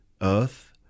earth